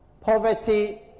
poverty